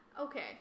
Okay